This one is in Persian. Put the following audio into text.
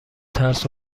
ترس